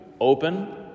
open